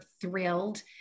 thrilled